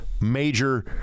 major